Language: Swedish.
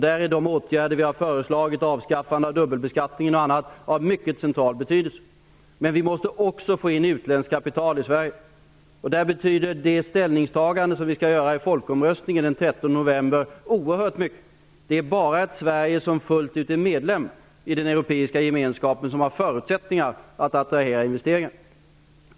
Där är de åtgärder som vi har föreslagit -- avskaffandet av dubbelbeskattningen t.ex. -- av mycket central betydelse. Men vi måste också få in utländskt kapital i Sverige. Där betyder det ställningstagande som vi skall göra i folkomröstningen den 13 november oerhört mycket. Det är bara ett Sverige som fullt ut är medlem i den europeiska gemenskapen som har förutsättningar att attrahera investeringar.